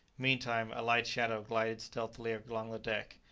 meantime a light shadow glided stealthily along the deck.